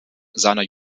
seiner